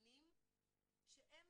מענים שהם